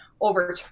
over